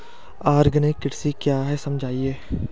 Organic कृषि क्या है समझाइए?